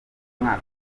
mwaka